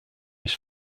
his